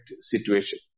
situation